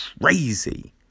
crazy